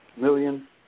million